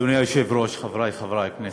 אדוני היושב-ראש, חברי חברי הכנסת,